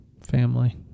family